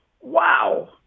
Wow